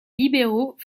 libéraux